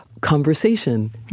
conversation